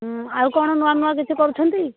ହୁଁ ଆଉ କ'ଣ ନୂଆ ନୁଆ କିଛି କରୁଛନ୍ତି